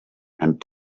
and